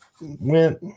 went